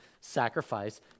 sacrifice